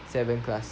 seven class